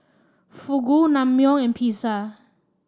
Fugu Naengmyeon and Pizza